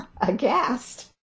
aghast